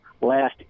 last